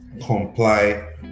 Comply